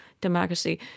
democracy